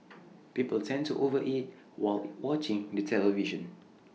people tend to over eat while watching the television